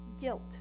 Guilt